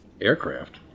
Aircraft